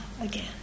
again